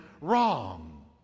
wrong